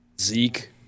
Zeke